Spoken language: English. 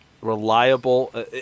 Reliable